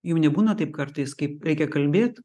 jum nebūna taip kartais kaip reikia kalbėt